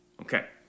Okay